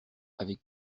avec